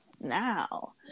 now